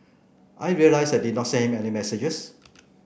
I realised I did not send him any messages